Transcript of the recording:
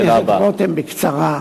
אני אענה לרותם בקצרה.